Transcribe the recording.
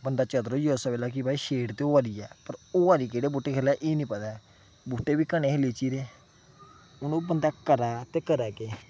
बंदा चतर होई गेआ उस्सै बेल्लै कि भाई छेड़ ते होआ दी ऐ पर होआ दी केह्ड़ बूह्टे खल्लै एह् निं पता ऐ बूह्टे बी घने हे लीची दे हून ओह् बंदा करै ते करै केह्